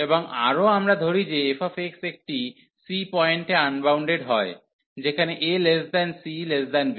এবং আরও আমরা ধরি যে f একটি c পয়েন্টে আনবাউন্ডেড হয় যেখানে acb